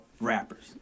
rappers